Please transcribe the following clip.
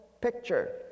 picture